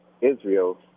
Israel